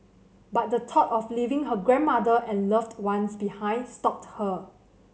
but the thought of leaving her grandmother and loved ones behind stopped her